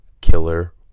killer